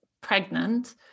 pregnant